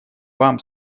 вам